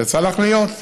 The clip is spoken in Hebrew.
יצא לך להיות?